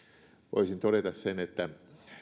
voisin todeta sen että